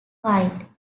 fight